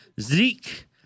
Zeke